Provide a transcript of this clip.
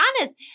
honest